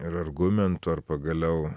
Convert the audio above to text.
ir argumentų ar pagaliau